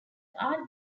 art